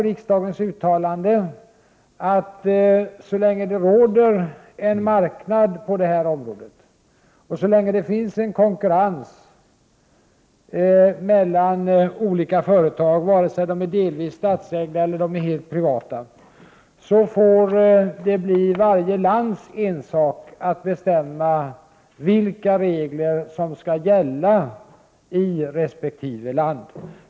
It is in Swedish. Riksdagens uttalande blev då, att så länge det råder en marknad på detta område och så länge det finns en konkurrens mellan olika företag, vare sig de är delvis statsägda eller helt privata, får det bli varje lands ensak att bestämma vilka regler som skall gälla i resp. land.